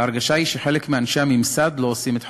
ההרגשה היא שחלק מאנשי הממסד לא עושים את חובתם.